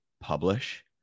publish